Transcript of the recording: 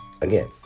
again